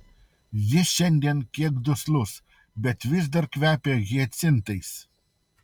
jis šiandien kiek duslus bet vis dar kvepia hiacintais